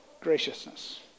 graciousness